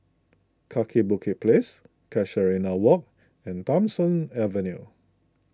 Kaki Bukit Place Casuarina Walk and Tham Soong Avenue